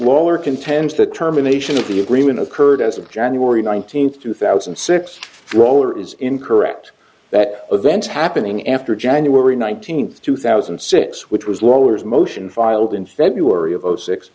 lawler contends that terminations of the agreement occurred as of january nineteenth two thousand and six droll or is incorrect that events happening after january nineteenth two thousand and six which was rollers motion filed in february of zero six